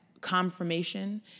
confirmation